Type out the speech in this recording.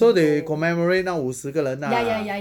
so they commemorate 那五十个人啊